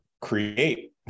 create